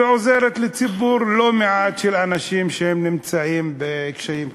ועוזרת לציבור לא מועט של אנשים שנמצאים בקשיים כספיים.